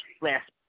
last